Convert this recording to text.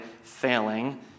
failing